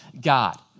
God